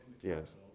Yes